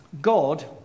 God